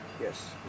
Yes